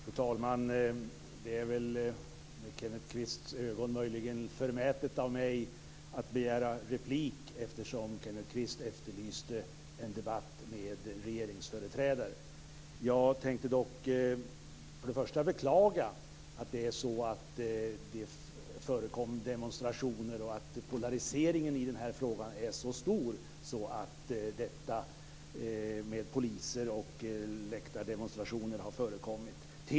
Fru talman! Det är med Kenneth Kvists ögon möjligen förmätet av mig att begära replik då han efterlyste en debatt med regeringsföreträdare. Jag vill dock säga att jag beklagar att det förekom demonstrationer och att polariseringen i denna fråga är så stor att poliser tillkallats och läktardemonstrationer förekommit.